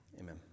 amen